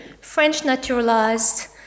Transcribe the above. French-naturalized